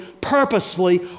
purposefully